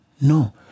no